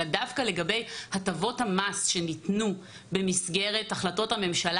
אלא דווקא לגבי הטבות המס שניתנו במסגרת החלטות הממשלה